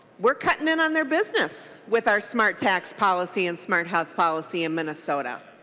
we're putting in on their business with our smart tax policy and smart house policy in minnesota.